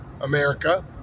America